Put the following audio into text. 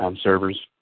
servers